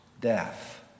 death